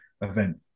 event